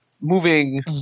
moving